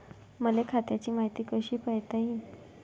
मले खात्याची मायती कशी पायता येईन?